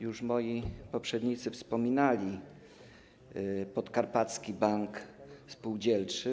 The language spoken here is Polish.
Już moi poprzednicy wspominali Podkarpacki Bank Spółdzielczy.